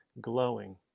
glowing